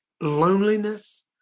loneliness